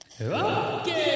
Okay